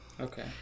Okay